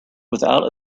without